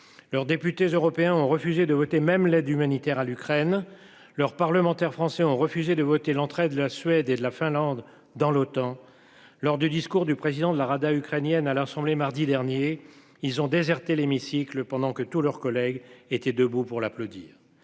leurs députés européens ont refusé de voter, même l'aide humanitaire à l'Ukraine leurs parlementaires français ont refusé de voter l'entrée de la Suède et de la Finlande dans l'OTAN lors du discours du président de la Rada ukrainienne à l'Assemblée mardi dernier, ils ont déserté l'hémicycle pendant que tous leurs collègues étaient debout pour l'applaudir.